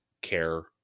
care